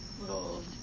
little